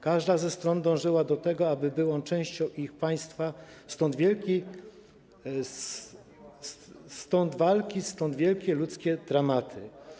Każda ze stron dążyła do tego, aby był on częścią ich państwa, stąd walki, stąd wielkie ludzkie dramaty.